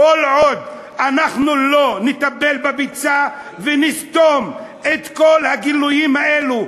כל עוד לא נטפל בביצה ונסתום את כל הגילויים האלה,